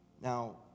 Now